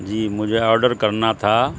جی مجھے آڈر کرنا تھا